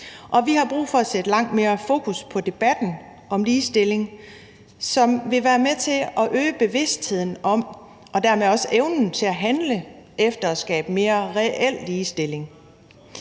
vi har brug for at sætte langt mere fokus på debatten om ligestilling, som vil være med til at øge bevidstheden om og dermed også evnen til at handle efter at skabe mere reel ligestilling.